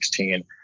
2016